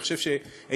אני חושב שאיתן,